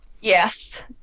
yes